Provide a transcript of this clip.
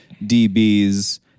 DBs